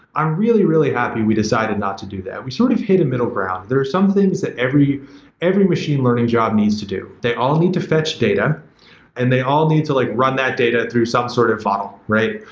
i'm really, really happy we decided not to do that. we sort of hit a middle ground. there are some things that every every machine learning job needs to do. they all need to fetch data and they all need to like run that data through some sort of funnel, right?